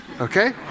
Okay